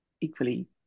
equally